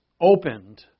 opened